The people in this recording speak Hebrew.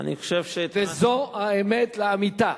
זו האמת לאמיתה.